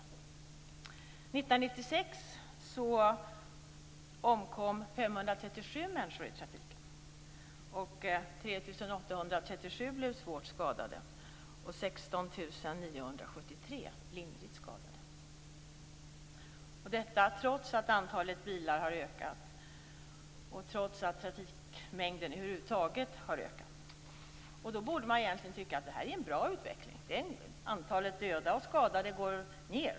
År 1996 omkom 537 människor i trafiken, 3 837 blev svårt skadade och 16 973 lindrigt skadade. Detta trots att antalet bilar har ökat och trots att trafikmängden över huvud taget har ökat. Man borde egentligen tycka att det här är en bra utveckling. Antalet dödade och skadade går ned.